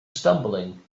stumbling